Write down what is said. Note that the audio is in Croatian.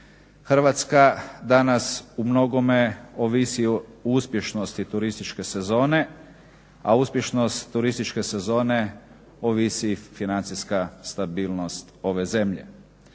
Hrvatska danas u mnogome ovisi o uspješnosti turističke sezone a uspješnost turističke sezone ovisi financijska stabilnost ove zemlje.